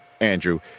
Andrew